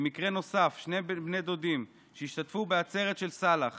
במקרה נוסף שני בני דודים שהשתתפו בעצרת של סלאח